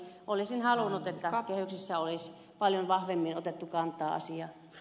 olisin halunnut että kehyksissä olisi paljon vahvemmin otettu kantaa asiaan